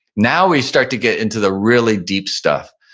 now we start to get into the really deep stuff.